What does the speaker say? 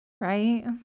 right